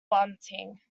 bunting